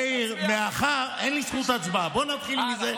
מאיר, אין לי זכות, בוא נתחיל מזה.